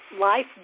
life